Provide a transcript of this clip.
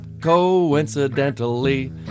coincidentally